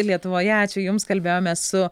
lietuvoje ačiū jums kalbėjomės su